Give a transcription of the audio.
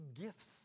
gifts